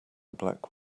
black